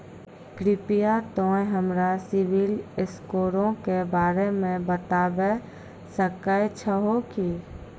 कृपया तोंय हमरा सिविल स्कोरो के बारे मे बताबै सकै छहो कि?